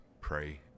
pray